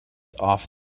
off